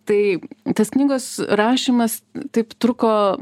tai tas knygos rašymas taip truko